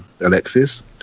Alexis